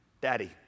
Daddy